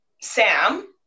Sam